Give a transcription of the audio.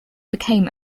became